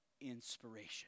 inspiration